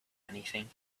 anything